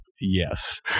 yes